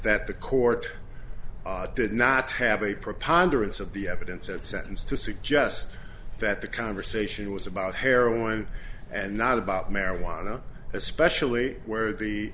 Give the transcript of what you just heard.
that the court did not have a preponderance of the evidence at sentence to suggest that the conversation was about heroin and not about marijuana especially where the